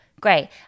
Great